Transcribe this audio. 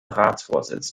ratsvorsitz